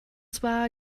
zwar